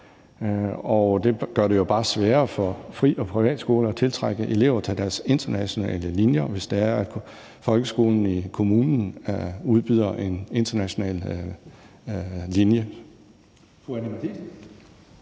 Det gør det jo bare sværere for fri- og privatskoler at tiltrække elever til deres internationale linjer, hvis det er sådan, at folkeskolen i kommunen udbyder en international linje.